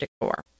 decor